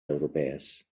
europees